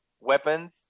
weapons